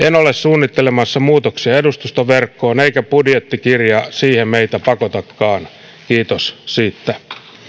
en ole suunnittelemassa muutoksia edustustoverkkoon eikä budjettikirja siihen meitä pakotakaan kiitos siitä